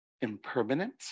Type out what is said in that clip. impermanent